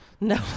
No